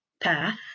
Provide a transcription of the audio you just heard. path